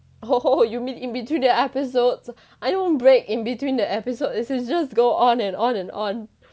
oh you mean in between the episodes I don't break in between the episode is you just go on and on and on